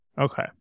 okay